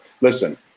listen